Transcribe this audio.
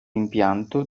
impianto